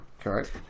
correct